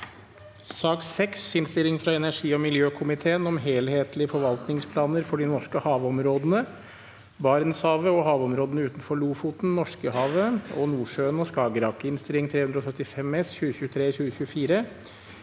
Innstilling fra energi- og miljøkomiteen om Helhet- lige forvaltningsplaner for de norske havområdene – Barentshavet og havområdene utenfor Lofoten, Norske- havet, og Nordsjøen og Skagerrak (Innst. 375 S (2023– 2024),